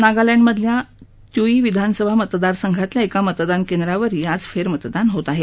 नागालँडमधल्या त्युई विधानसभा मतदारसंघातल्या एका मतदान केंद्रावरही आज फेरमतदान होत आहे